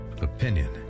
opinion